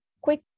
quick